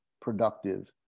productive